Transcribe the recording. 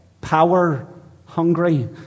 power-hungry